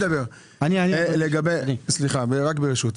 לדבר רק ברשות.